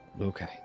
Okay